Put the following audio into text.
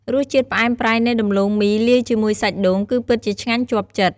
រសជាតិផ្អែមប្រៃនៃដំឡូងមីលាយជាមួយសាច់ដូង គឺពិតជាឆ្ងាញ់ជាប់ចិត្ត។